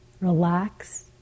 Relax